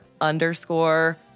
underscore